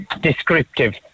descriptive